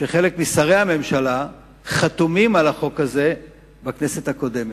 שחלק משרי הממשלה היו חתומים על החוק הזה בכנסת הקודמת.